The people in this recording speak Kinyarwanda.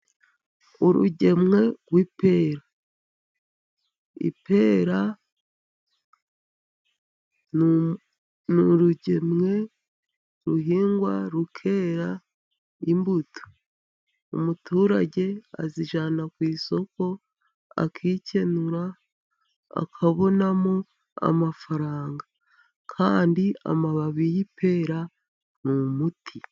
Urugemwe rw'ipera. Ipera ni urugemwe ruhingwa rukera imbuto. Umuturage azijyana ku isoko akikenura, akabonamo amafaranga. Kandi amababi y'ipera ni umuti.